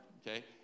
okay